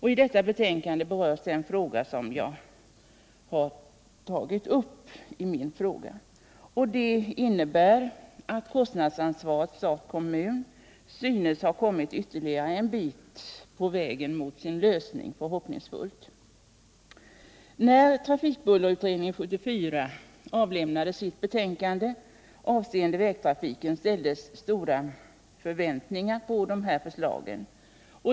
I detta betänkande berörs den problemställning jag tagit upp i min fråga, vilket innebär att kostnadsansvaret stat-kKommun synes ha kommit ytterligare en bit på vägen mot sin lösning — och det är ju förhoppningsfullt. När trafikbullerutredningen 1974 avlämnade sitt betänkande avseende vägtrafiken ställdes stora förväntningar på förslagen.